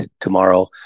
tomorrow